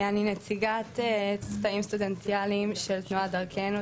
אני נציגת תאים סטודנטיאליים של תנועת "דרכנו",